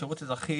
השירות האזרחי